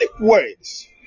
words